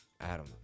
Adam